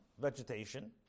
vegetation